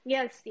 Yes